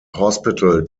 hospital